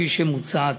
כפי שמוצע עתה.